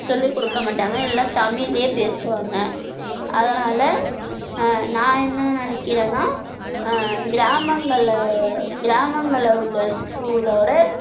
சொல்லிக் கொடுக்க மாட்டாங்க எல்லாம் தமிழில் பேசுவாங்க அதனால் நான் என்ன நினைக்கிறேன்னா கிராமங்களில் கிராமங்களில் உள்ள ஸ்கூலோடய